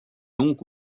donc